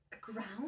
ground